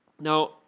Now